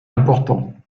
importants